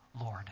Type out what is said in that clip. Lord